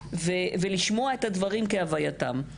כאן ולשמוע את הדברים כהווייתם.